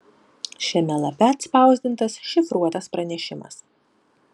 šiame lape atspausdintas šifruotas pranešimas